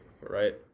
Right